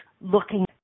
looking